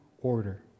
order